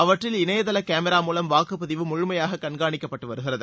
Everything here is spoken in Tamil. அவற்றில் இணையதள கேமரா மூலம் வாக்குப்பதிவு முழுமையாக கண்காணிக்கப்பட்டு வருகிறது